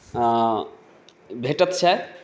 भेटैत छथि